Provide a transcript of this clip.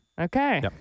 Okay